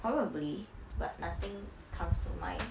probably but nothing comes to mind